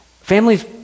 Families